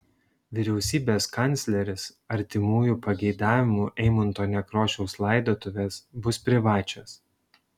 vyriausybės kancleris artimųjų pageidavimu eimunto nekrošiaus laidotuvės bus privačios